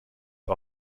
are